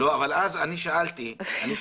לא, אבל אז אני שאלתי אותה,